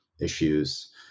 issues